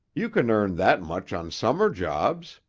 you can earn that much on summer jobs